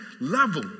level